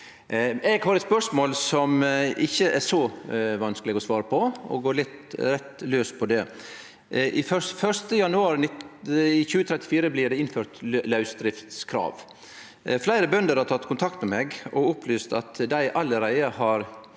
Eg har eit spørsmål som ikkje er så vanskeleg å svare på, og eg går rett laus på det. Den 1. januar 2034 blir det innført lausdriftskrav. Fleire bønder har teke kontakt med meg og opplyst at dei allereie har